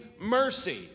mercy